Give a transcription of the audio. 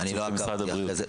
אני לא עקבתי אחרי זה,